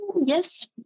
yes